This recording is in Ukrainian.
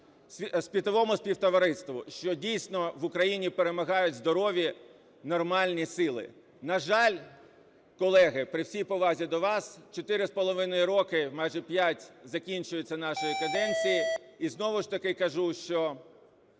світовому співтовариству, що, дійсно, в Україні перемагають здорові нормальні сили. На жаль, колеги, при всій повазі до вас, чотири з половиною роки, майже п'ять, закінчується наша каденція. І знову ж таки кажу, що